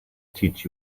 teach